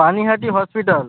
Panihati hospital